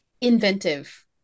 inventive